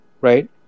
right